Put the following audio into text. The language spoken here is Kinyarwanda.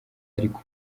ariko